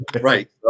right